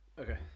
okay